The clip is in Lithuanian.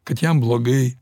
kad jam blogai